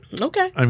Okay